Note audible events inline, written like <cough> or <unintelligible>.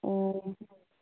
ꯑꯣ <unintelligible>